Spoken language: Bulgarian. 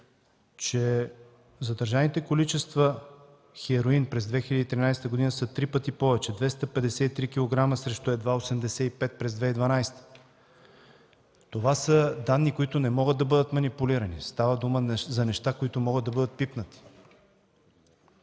че задържаните количества хероин през 2013 г. са три пъти повече – 253 кг срещу едва 85 кг през 2012 г. Това са данни, които не могат да бъдат манипулирани, става дума за неща, които могат да бъдат пипнати.